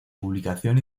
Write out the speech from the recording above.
publicación